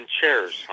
chairs